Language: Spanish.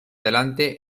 delante